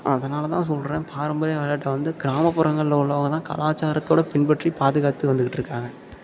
அதனால்தான் சொல்கிறேன் பாரம்பரிய விளையாட்டை வந்து கிராமப்புறங்களில் உள்ளவங்கள்தான் கலாச்சாரத்தோடு பின்பற்றி பாதுகாத்து வந்துக்கிட்டிருக்காங்க